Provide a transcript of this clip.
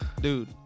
Dude